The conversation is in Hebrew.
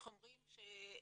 איך אומרים,